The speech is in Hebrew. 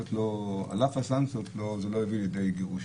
שאף הטלת הסנקציות לא זה הביא לידי גירושין.